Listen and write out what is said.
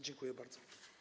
Dziękuję bardzo.